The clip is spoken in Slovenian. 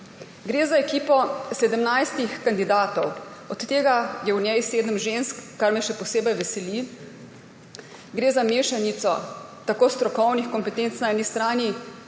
Gre za ekipo 17 kandidatov, od tega je v njej sedem žensk, kar me še posebej veseli. Gre za mešanico tako strokovnih kompetenc na eni strani